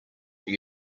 that